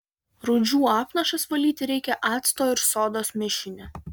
rūdžių apnašas valyti reikia acto ir sodos mišiniu